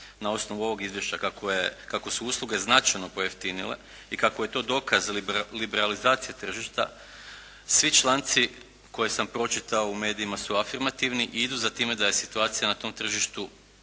na osnovu ovog izvješća kako je, kako su usluge značajno pojeftinile i kako je to dokaz liberalizacije tržišta, svi članci koje sam pročitao u medijima su afirmativni i idu za time da je situacija na tom tržištu